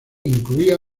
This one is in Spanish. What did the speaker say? incluía